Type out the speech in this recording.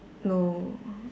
no